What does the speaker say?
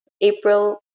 April